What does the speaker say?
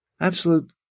absolute